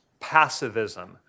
passivism